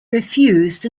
refused